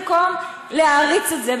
במקום להעריץ את זה,